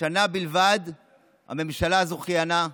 שנה בלבד הממשלה הזו כיהנה.